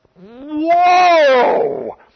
whoa